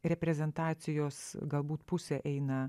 reprezentacijos galbūt pusė eina